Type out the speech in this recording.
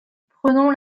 prenons